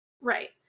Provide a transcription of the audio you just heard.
Right